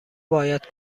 باید